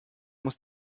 muss